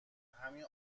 همین